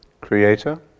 Creator